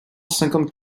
cinquante